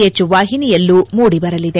H ವಾಹಿನಿಯಲ್ಲೂ ಮೂಡಿಬರಲಿದೆ